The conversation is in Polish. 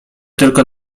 tylko